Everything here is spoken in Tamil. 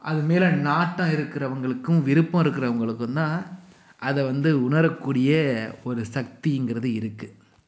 அது மேலே நாட்டம் இருக்கிறவங்களுக்கும் விருப்பம் இருக்கிறவங்களுக்குந்தான் அதை வந்து உணரக்கூடிய ஒரு சக்திங்கிறது இருக்கு